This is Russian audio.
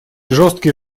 жесткие